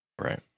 Right